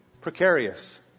precarious